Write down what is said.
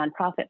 nonprofit